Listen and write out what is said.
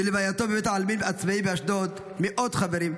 בלווייתו בבית העלמין הצבאי באשדוד מאות חברים,